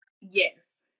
Yes